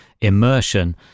immersion